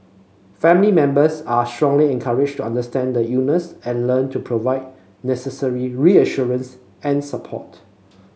family members are strongly encouraged to understand the illness and learn to provide necessary reassurance and support